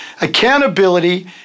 Accountability